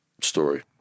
Story